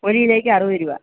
ഒരു കിലോയ്ക്ക് അറുപത് രൂപ